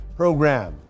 program